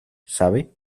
sabe